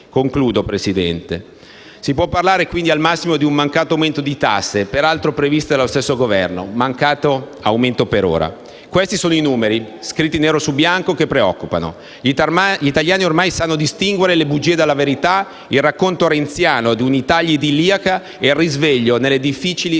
dicendo che pertanto si può parlare al massimo di un mancato aumento di tasse, peraltro previste dallo stesso Governo; mancato, per ora. Questi sono numeri, scritti nero su bianco, che preoccupano. Gli italiani, ormai sanno distinguere le bugie dalla verità, il racconto renziano di un'Italia idilliaca e il risveglio nella difficile realtà